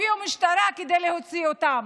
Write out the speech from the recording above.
הביאו משטרה כדי להוציא אותם.